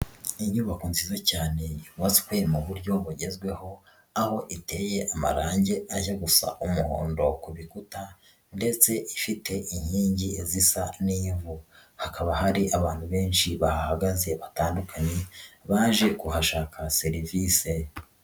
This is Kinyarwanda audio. Inyubako nziza cyane yubatswe mu buryo bugezweho, aho iteye amarangi ajya gusa umuhondo ku bikuta ndetse ifite inkingi zisa n'ivu, hakaba hari abantu benshi bahahagaze batandukanye, baje kuhashaka serivise.